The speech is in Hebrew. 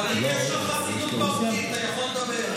ואליד, יש לך חסינות, אתה יכול לדבר.